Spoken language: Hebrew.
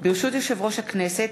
ברשות יושב-ראש הכנסת,